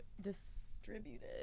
distributed